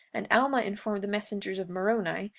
and alma informed the messengers of moroni,